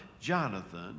Jonathan